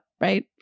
right